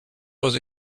was